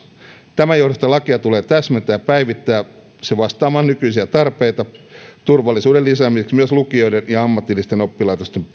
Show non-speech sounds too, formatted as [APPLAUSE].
tämän johdosta lakia tulee täsmentää ja päivittää se vastaamaan nykyisiä tarpeita turvallisuuden lisäämiseksi myös lukioiden ja ammatillisten oppilaitosten [UNINTELLIGIBLE]